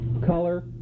color